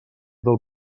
del